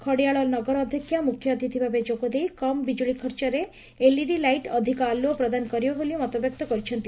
ଖଡ଼ିଆଳ ନଗର ଅଧ୍ଯକ୍ଷା ମୁଖ୍ୟ ଅତିଥି ଭାବେ ଯୋଗ ଦେଇ କମ୍ ବିକ୍କୁଳି ଖର୍ଚ୍ଚରେ ଏଲ୍ଇଡି ଲାଇଟ୍ ଅଧିକ ଆଲ୍ପଅ ପ୍ରଦାନ କରିବ ବୋଲି ମତବ୍ୟକ୍ତ କରିଛନ୍ତି